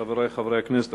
חברי חברי הכנסת,